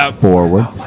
forward